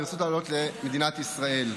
לנסות לעלות למדינת ישראל.